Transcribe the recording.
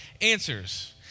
answers